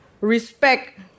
Respect